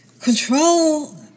Control